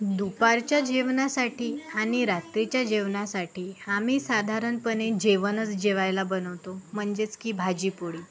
दुपारच्या जेवणासाठी आणि रात्रीच्या जेवणासाठी आम्ही साधारणपणे जेवणच जेवायला बनवतो म्हणजेच की भाजी पोळी